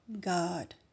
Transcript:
God